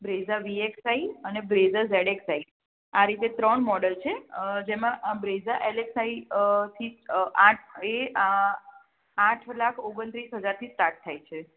Brezza V X I અને Brezza Z X I આ રીતે ત્રણ મોડલ છે જેમાં બ્રેઝા એક એક્સ આઈ થી આઠ એ આ આઠ લાખ ઓગણત્રીસ હજારથી સ્ટાર્ટ થાય છે